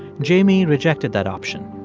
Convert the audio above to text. jamie rejected that option.